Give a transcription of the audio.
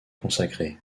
consacrée